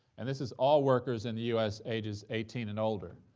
and this is all workers in the us ages eighteen and older,